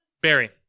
Barry